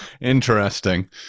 Interesting